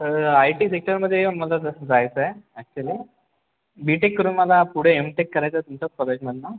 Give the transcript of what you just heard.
sir I T सेक्टरमध्ये मला तसं जायचंय ॲक्चुली बी टेक करून मला पुढे एम टेक करायचं सर तुमच्या कॉलेजमधून